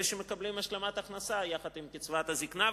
אלה שמקבלים השלמת הכנסה יחד עם קצבת הזיקנה.